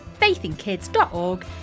faithinkids.org